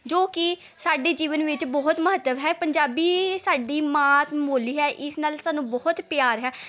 ਜੋ ਕਿ ਸਾਡੇ ਜੀਵਨ ਵਿੱਚ ਬਹੁਤ ਮਹੱਤਵ ਹੈ ਪੰਜਾਬੀ ਸਾਡੀ ਮਾਂ ਬੋਲੀ ਹੈ ਇਸ ਨਾਲ ਸਾਨੂੰ ਬਹੁਤ ਪਿਆਰ ਹੈ